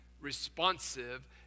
responsive